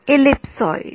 विद्यार्थीः एलीपसॉइड